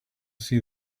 see